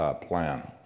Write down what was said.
plan